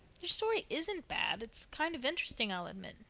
your story isn't bad it's kind of interesting, i'll admit.